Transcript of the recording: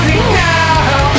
now